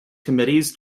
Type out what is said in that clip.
committees